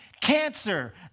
cancer